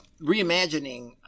reimagining